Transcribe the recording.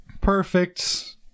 perfect